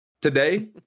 today